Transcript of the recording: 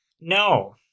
No